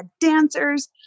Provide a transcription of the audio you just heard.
dancers